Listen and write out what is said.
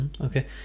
Okay